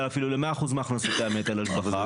אפילו ל-100 מהכנסותיה מהיטלי השבחה.